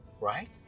Right